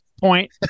point